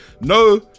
no